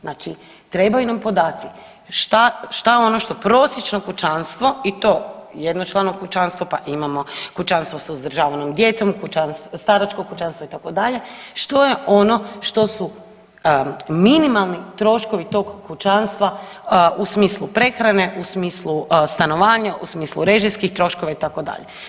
Znači trebaju nam podaci šta ono što prosječno kućanstvo i to jednočlano kućanstvo, pa imamo kućanstvo sa uzdržavanom djecom, staračko kućanstvo itd., što je ono što su minimalni troškovi tog kućanstva u smislu prehrane, u smislu stanovanja, u smislu režijskih troškova itd.